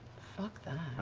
fuck that.